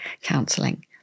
counselling